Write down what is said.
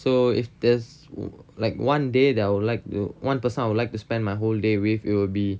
so if there's like one day that I would like to one person I would like to spend my whole day with it'll be